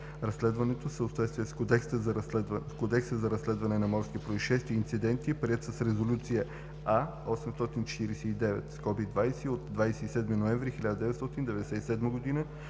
разследването в съответствие с Кодекса за разследване на морски произшествия и инциденти, приет с Резолюция А.849(20) от 27 ноември 1997 г.